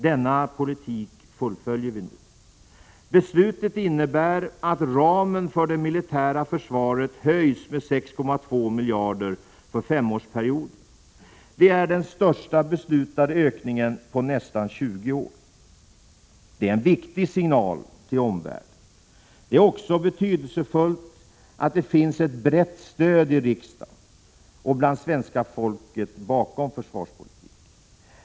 Denna politik fullföljer vi nu. Beslutet innebär att ramen för det militära försvaret höjs med 6,2 miljarder för femårsperioden. Det är den största beslutade ökningen på nästan 20 år. Det är en viktig signal till omvärlden. Det är också betydelsefullt att det finns ett brett stöd i riksdagen och bland svenska folket för försvarspolitiken.